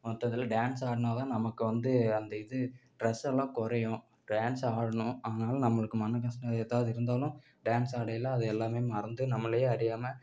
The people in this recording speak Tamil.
மற்றதெல்லாம் டான்ஸ் ஆடுனாதான் நமக்கு வந்து அந்த இது ஸ்ட்ரெஸ் எல்லாம் குறையும் டான்ஸ் ஆடணும் அதனால நம்மளுக்கு மன கஷ்டம் எதாவது இருந்தாலும் டான்ஸ் ஆடையில் அது எல்லாமே மறந்து நம்மளே அறியாம